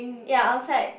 ya outside